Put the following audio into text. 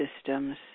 systems